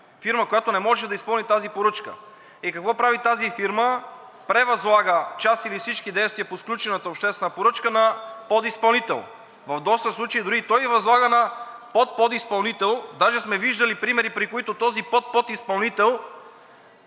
фирма, която не може да изпълни тази поръчка. И какво прави тази фирма? Превъзлага част или всички действия по сключената обществена поръчка на подизпълнител. В доста случаи дори и той възлага на подподизпълнител. Даже сме виждали примери, при които този подподизпълнител